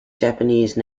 japanese